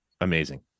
amazing